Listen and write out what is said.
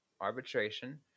arbitration